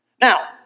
Now